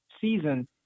season